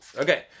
Okay